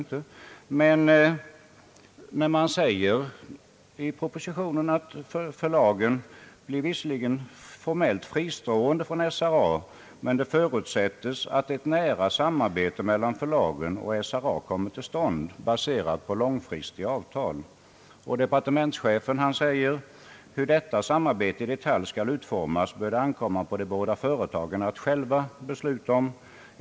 I propositionen framhålls att förlaget visserligen blir formellt fristående från SRA, men det förutsättes att ett nära samarbete mellan förlaget och SRA kommer till stånd baserat på långfristiga avtal. Departementschefen säger, att hur detta samarbete i detalj skall utformas bör det ankomma på de båda företagen att själva besluta om.